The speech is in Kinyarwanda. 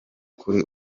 kuri